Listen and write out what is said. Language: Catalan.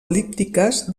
el·líptiques